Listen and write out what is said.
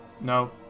No